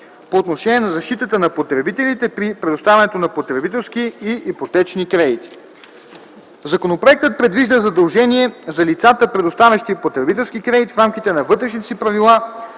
по отношение на защитата на потребителите при предоставянето на потребителски и ипотечни кредити. Законопроектът предвижда задължение за лицата, предоставящи потребителски кредити, в рамките на вътрешните си правила